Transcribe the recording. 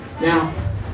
Now